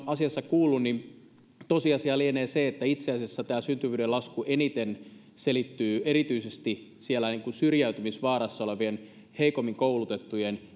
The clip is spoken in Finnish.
asiassa kuullut niin tosiasia lienee se että itse asiassa tämä syntyvyyden lasku selittyy eniten erityisesti sillä syrjäytymisvaarassa olevien heikommin koulutettujen